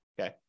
Okay